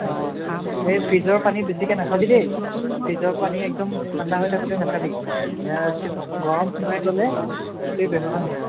অঁ এই ফ্ৰিজৰ পানী বেছিকৈ নাখাবি দেই ফ্ৰিজৰ পানী একদম ঠাণ্ডা হৈ থাকোতে নাখাবি গৰম সোমাই গ'লে গোটেই বেমাৰ হ'ব